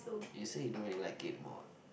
you say you don't really like it anymore what